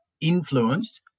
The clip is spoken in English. influenced